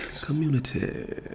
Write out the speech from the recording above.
community